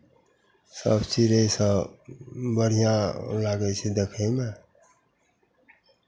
सभ चिड़ैसभ बढ़िआँ लागै छै देखयमे